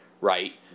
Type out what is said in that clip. right